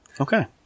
Okay